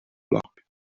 flock